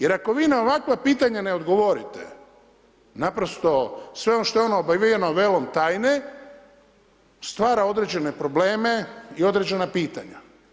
Jer ako vi na ovakva pitanja ne odgovorite, naprosto sve ono što je obavijeno velom tajne stvara određene probleme i određena pitanja.